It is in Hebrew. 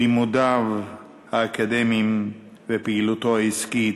לימודיו האקדמיים ופעילותו העסקית,